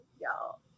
y'all